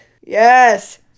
Yes